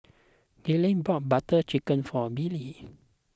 Gaylene bought Butter Chicken for Billy